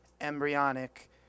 embryonic